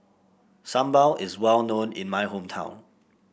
sambal is well known in my hometown